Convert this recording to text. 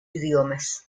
idiomas